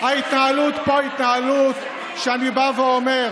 ההתנהלות פה היא התנהלות שאני בא ואומר: